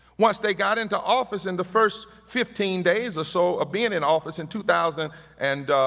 once they got into office, in the first fifteen days or so of being in office in two thousand and